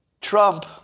Trump